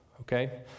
okay